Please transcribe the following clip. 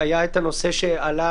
היה נושא שעלה